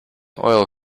oil